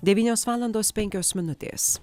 devynios valandos penkios minutės